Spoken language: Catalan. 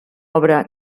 obra